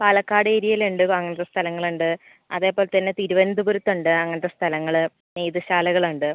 പാലക്കാട് ഏരിയയിൽ ഉണ്ട് ഇപ്പോൾ അങ്ങനത്തെ സ്ഥലങ്ങളുണ്ട് അതേപോലെ തന്നെ തിരുവന്തപുരത്തുണ്ട് അങ്ങനത്തെ സ്ഥലങ്ങൾ നെയ്ത്ത് ശാലകളുണ്ട്